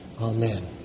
amen